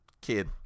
kid